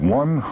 one